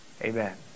Amen